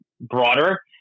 broader